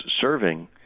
serving